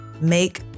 make